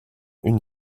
une